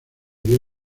dio